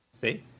See